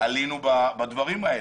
עלינו בדברים האלה.